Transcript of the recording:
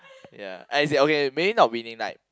ya as in okay maybe not winning like